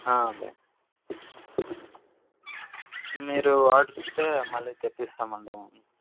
ఉంది మీరు ఆర్డర్ ఇస్తే మళ్ళీ తెప్పిస్తామండి